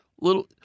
Little